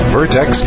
Vertex